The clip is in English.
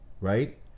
right